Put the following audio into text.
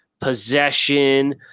possession